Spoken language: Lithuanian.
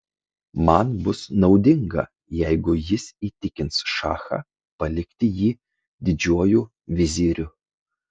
man bus naudinga jeigu jis įtikins šachą palikti jį didžiuoju viziriu